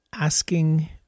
asking